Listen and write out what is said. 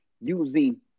using